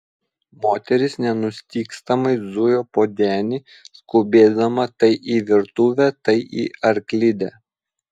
moteris nenustygstamai zujo po denį skubėdama tai į virtuvę tai į arklidę